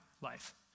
life